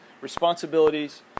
responsibilities